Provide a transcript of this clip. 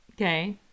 Okay